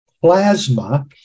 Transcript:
plasma